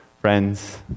Friends